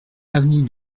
avenue